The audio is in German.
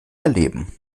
erleben